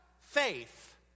faith